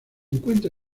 encuentra